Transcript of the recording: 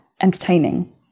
entertaining